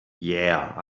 yeah